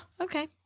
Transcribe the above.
Okay